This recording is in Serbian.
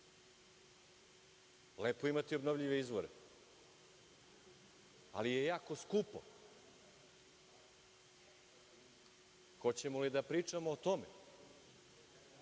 je imati obnovljive izvore, ali je jako skupo. Hoćemo li da pričamo o tome?